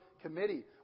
committee